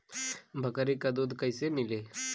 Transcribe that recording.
बकरी क दूध कईसे मिली?